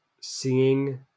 seeing